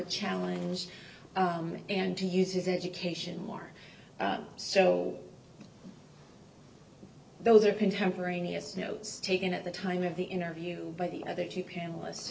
a challenge and to use his education more so those are contemporaneous notes taken at the time of the interview by the other two panelists